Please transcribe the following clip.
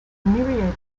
myriad